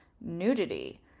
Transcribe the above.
nudity